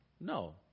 No